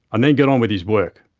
and then get on with his work.